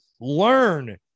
learn